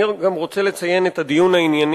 אני גם רוצה לציין את הדיון הענייני